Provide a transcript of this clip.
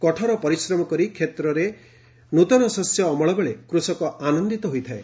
କଠୋର ପରିଶ୍ରମ କରି କ୍ଷେତରେ ନୃତନ ଶସ୍ୟ ଅମଳବେଳେ କୃଷକ ଆନନ୍ଦିତ ହୋଇଥାଏ